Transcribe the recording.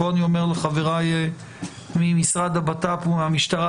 ופה אני אומר לחבריי ממשרד הבט"פ ומהמשטרה,